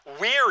weary